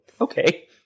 okay